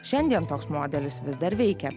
šiandien toks modelis vis dar veikia